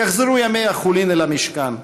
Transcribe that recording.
יחזרו ימי החולין אל המשכן.